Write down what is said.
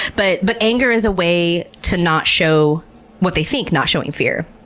but but anger is a way to not show what they think, not showing fear.